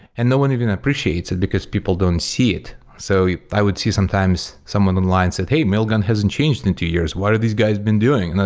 and no one even appreciates it, because people don't see it. so i would see sometimes someone online said, hey, mailgun hasn't changed in two years. what are these guys been doing?